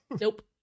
Nope